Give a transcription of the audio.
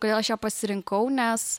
kodėl aš ją pasirinkau nes